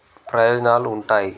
ప్రయోజనాలు ఉంటాయి